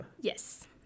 Yes